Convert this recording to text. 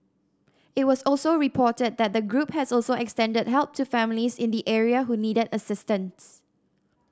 it was also reported that the group has also extended help to families in the area who needed assistance